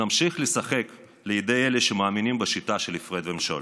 נמשיך לשחק לידי אלה שמאמינים בשיטה של הפרד ומשול.